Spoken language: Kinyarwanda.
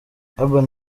urban